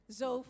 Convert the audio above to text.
zo